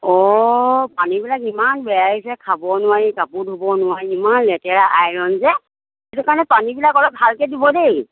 অ পানীবিলাক ইমান বেয়া আহিছে খাব নোৱাৰি কাপোৰ ধুব নোৱাৰি ইমান লেতেৰা আইৰণ যে সেইটো কাৰণে পানীবিলাক অলপ ভালকৈ দিব দেই